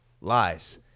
lies